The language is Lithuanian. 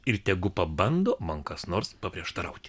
ir tegu pabando man kas nors paprieštarauti